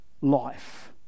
life